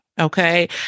Okay